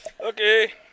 Okay